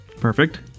Perfect